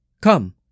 Come